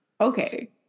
Okay